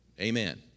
Amen